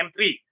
M3